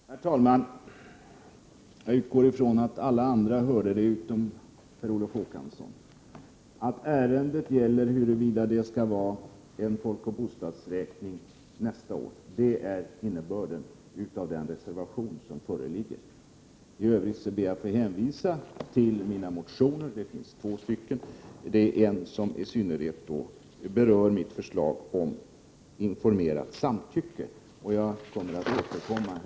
Herr talman! Jag utgår från att alla andra utom möjligen Per Olof Håkansson hörde att ärendet gäller huruvida det skall vara en folkoch bostadsräkning nästa år. Det är innebörden i den reservation som föreligger på denna punkt. I övrigt ber jag att få hänvisa till mina två motioner. En av dem berör i synnerhet mitt förslag om informerat samtycke. Jag kommer att återkomma.